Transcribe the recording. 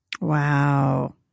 Wow